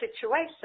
situation